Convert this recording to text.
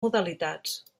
modalitats